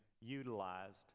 utilized